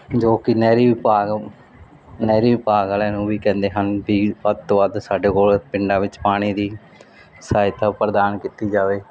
ਜੋ ਕਿ ਨਹਿਰੀ ਵਿਭਾਗ ਨਹਿਰੀ ਵਿਭਾਗ ਵਾਲਿਆਂ ਨੂੰ ਵੀ ਕਹਿੰਦੇ ਹਨ ਵੀ ਵੱਧ ਤੋਂ ਵੱਧ ਸਾਡੇ ਕੋਲ ਪਿੰਡਾਂ ਵਿੱਚ ਪਾਣੀ ਦੀ ਸਹਾਇਤਾ ਪ੍ਰਦਾਨ ਕੀਤੀ ਜਾਵੇ